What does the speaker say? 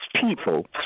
people